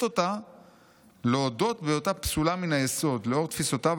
אותה להודות בהיותה פסולה מן היסוד לאור תפיסותיו